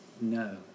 No